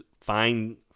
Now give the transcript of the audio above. fine